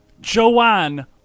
Joanne